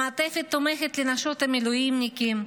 במעטפת תומכת לנשות המילואימניקים,